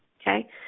okay